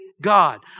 God